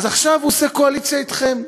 אז עכשיו הוא עושה קואליציה אתכם,